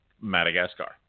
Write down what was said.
Madagascar